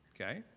Okay